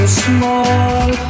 small